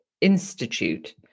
institute